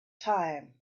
time